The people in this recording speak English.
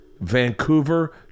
Vancouver